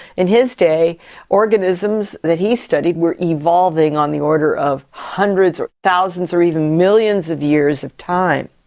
in his day organisms that he studied were evolving on the order of hundreds or thousands or even millions of years of time.